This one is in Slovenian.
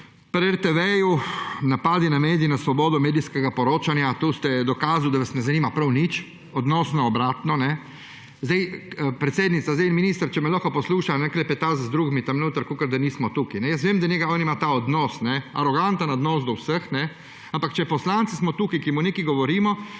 Pri RTV napadi na medije, na svobodo medijskega poročanja. Tu ste dokazali, da vas ne zanima prav nič odnosno obratno. Predsedujoča, če me minister lahko posluša, ne da klepeta z drugimi tam notri, kot da nismo tukaj. Vem, da ima tak odnos, aroganten odnos do vseh, ampak če poslanci smo tukaj, ki mu nekaj govorimo,